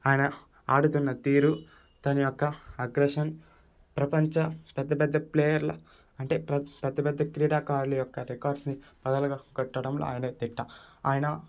ఆయన ఆడుతున్న తీరు తన యొక్క అగ్రషన్ ప్రపంచ పెద్ద పెద్ద ప్లేయర్ల అంటే పెద్ద పెద్ద క్రీడాకారుల యొక్క రికార్డ్స్ని పగల కొట్టడంలో ఆయన దిట్ట ఆయన